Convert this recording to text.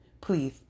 Please